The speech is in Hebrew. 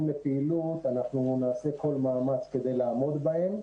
לפעילות אנחנו נעשה כל מאמץ כדי לעמוד בהן.